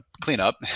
cleanup